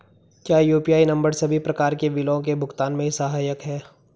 क्या UPI number सभी प्रकार के बिलों के भुगतान में सहायक हैं?